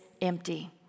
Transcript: empty